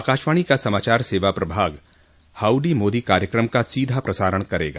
आकाशवाणी का समाचार सेवा प्रभाग हाउडी मोदी कार्यक्रम का सीधा प्रसारण करेगा